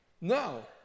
no